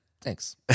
thanks